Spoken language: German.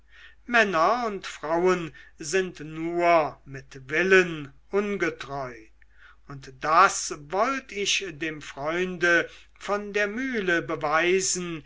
männer und frauen sind nur mit willen ungetreu und das wollt ich dem freunde von der mühle beweisen